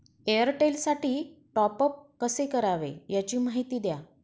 एअरटेलसाठी टॉपअप कसे करावे? याची माहिती द्या